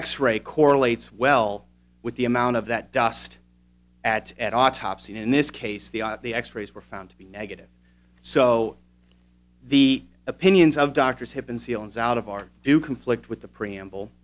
x ray correlates well with the amount of that dust at at autopsy in this case the x rays were found to be negative so the opinions of doctors have been ceilings out of our do conflict with the preamble